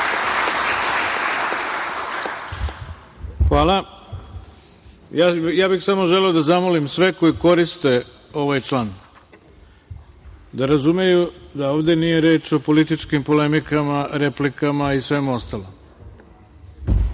Hvala. Ja bih samo želeo da zamolim sve koji koriste ovaj član da razumeju da ovde nije reč o političkim polemikama, replikama i svemu ostalom.